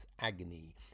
agony